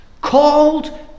called